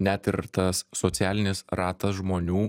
net ir tas socialinis ratas žmonių